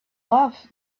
love